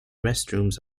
restrooms